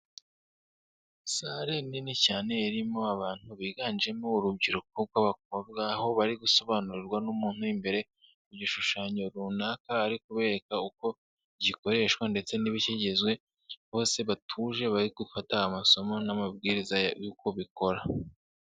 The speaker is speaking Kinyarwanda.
Sare nini cyane irimo abantu biganjemo urubyiruko rw'abakobwa, aho bari gusobanurirwa n'umuntu uri imbere igishushanyo runaka, ari ukubereka uko gikoreshwa ndetse n'ibikigize, bose batuje bari gufata amasomo n'amabwiriza y'uko bikora.